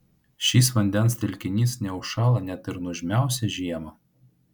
šis vandens telkinys neužšąla net ir nuožmiausią žiemą